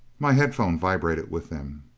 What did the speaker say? my headphone vibrated with them.